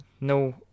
no